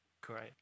Great